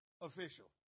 official